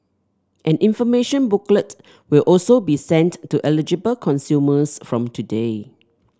an information booklet will also be sent to eligible consumers from today